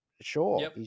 Sure